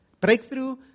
Breakthrough